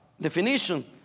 definition